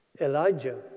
Elijah